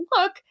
look